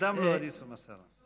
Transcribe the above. קדם לו אדיסו מסאלה.